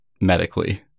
medically